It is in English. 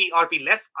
ERP-less